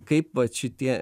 kaip vat šitie